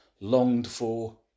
longed-for